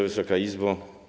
Wysoka Izbo!